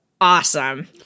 awesome